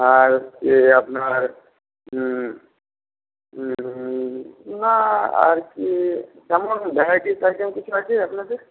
আর এই আপনার না আর কি তেমন ভ্যারাইটিস আইটেম কিছু আছে আপনাদের